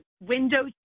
windows